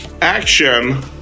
Action